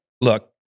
look